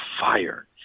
fire